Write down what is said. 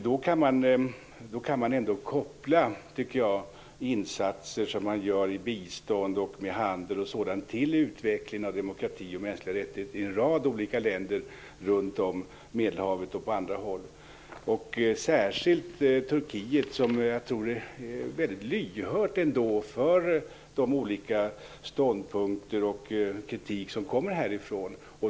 Då kan man, tycker jag, koppla insatser på biståndets och handelns område till utvecklingen av demokrati och mänskliga rättigheter i en rad olika länder runt Medelhavet och på andra håll. Särskilt tror jag att Turkiet är mycket lyhört för de olika ståndpunkter och den kritik som kommer härifrån.